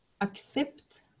accept